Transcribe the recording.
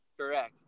Correct